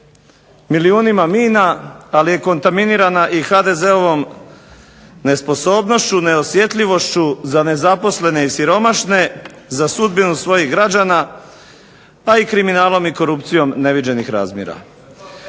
milijunima mina, ali je kontaminirana i HDZ-ovom nesposobnošću, neosjetljivošću za nezaposlene i siromašne, za sudbinu svojih građana pa i kriminalom i korupcijom neviđenih razmjera.